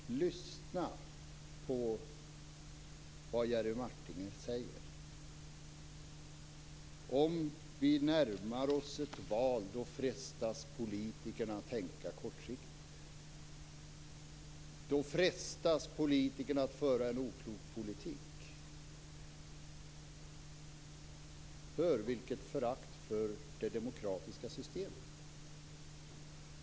Fru talman! Lyssna på vad Jerry Martinger säger: När vi närmar oss ett val frestas politikerna att tänka kortsiktigt. Då frestas politikerna att föra en oklok politik. Hör vilket förakt för det demokratiska systemet!